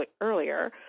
earlier